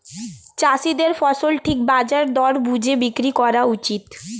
চাষীদের ফসল ঠিক বাজার দর বুঝে বিক্রি করা উচিত